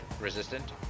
Resistant